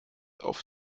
auf